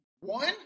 One